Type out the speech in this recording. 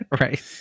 Right